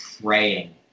praying